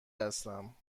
هستم